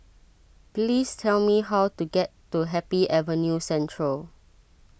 please tell me how to get to Happy Avenue Central